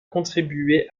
contribuer